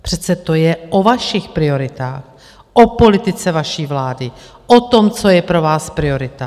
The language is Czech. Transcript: Přece to je o vašich prioritách, o politice vaší vlády, o tom, co je pro vás priorita.